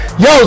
yo